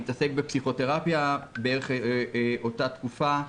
מתעסק בפסיכותרפיה במשך בערך אותה תקופה.